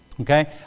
Okay